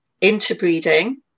interbreeding